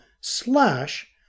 slash